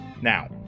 Now